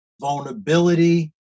vulnerability